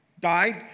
Died